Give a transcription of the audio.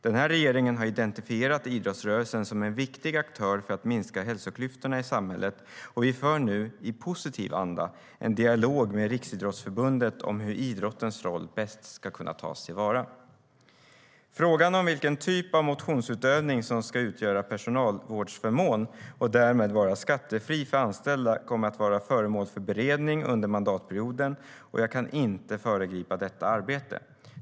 Den här regeringen har identifierat idrottsrörelsen som en viktig aktör för att minska hälsoklyftorna i samhället, och vi för nu, i positiv anda, en dialog med Riksidrottsförbundet om hur idrottens roll bäst ska tas till vara.Frågan om vilken typ av motionsutövning som ska utgöra personalvårdsförmån och därmed vara skattefri för anställda kommer att vara föremål för beredning under mandatperioden, och jag kan inte föregripa detta arbete.